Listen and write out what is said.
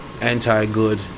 Anti-good